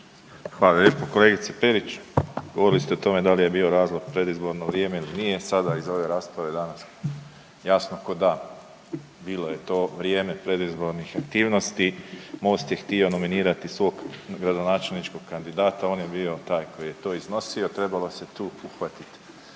Hvala lijepo. Kolegice Perić, govorili ste o tome da li je bio razlog predizborno vrijeme ili nije, sada iz ove rasprave danas jasno ko dan bilo je to vrijeme predizbornih aktivnosti, Most je htio nominirati svog gradonačelničkog kandidata, on je bio taj koji je to iznosio trebalo se tu uhvatit